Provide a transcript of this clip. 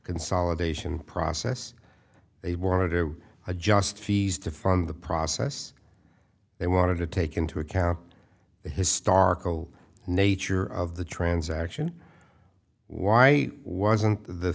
consolidation process they wanted to adjust fees to fund the process they wanted to take into account the historical nature of the transaction why wasn't the